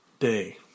Day